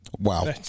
Wow